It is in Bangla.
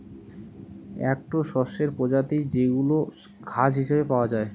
একটো শস্যের প্রজাতি যেইগুলা ঘাস হিসেবে পাওয়া যায়